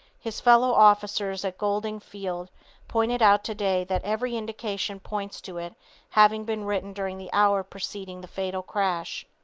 his fellow officers at golding field pointed out today that every indication points to it having been written during the hour preceding the fatal crash.